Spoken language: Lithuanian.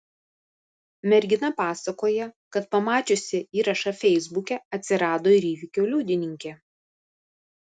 mergina pasakoja kad pamačiusi įrašą feisbuke atsirado ir įvykio liudininkė